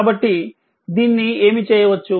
కాబట్టి దీన్ని ఏమి చేయవచ్చు